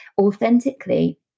authentically